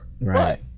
right